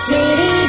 City